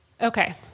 Okay